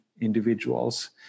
individuals